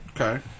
okay